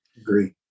Agree